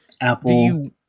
Apple